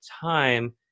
time